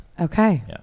Okay